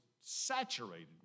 saturated